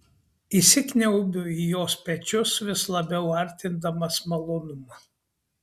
įsikniaubiu į jos pečius vis labiau artindamas malonumą